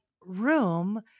room